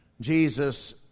Jesus